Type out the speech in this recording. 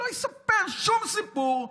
שלא יספר שום סיפור,